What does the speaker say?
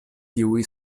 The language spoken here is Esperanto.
tiuj